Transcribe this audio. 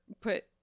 put